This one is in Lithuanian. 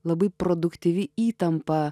labai produktyvi įtampa